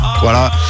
voilà